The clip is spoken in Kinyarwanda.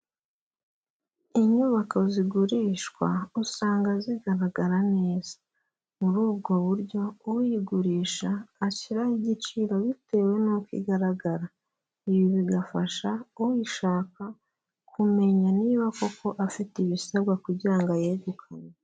Inyubako zigurishwa usanga zigaragara neza, muri ubwo buryo uyigurisha ashyiraho igiciro bitewe n'uko igaragara. Ibi bigafasha uyishaka kumenya niba koko afite ibisabwa kugira ngo ayegukane.